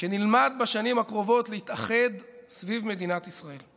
שנלמד בשנים הקרובות להתאחד סביב מדינת ישראל,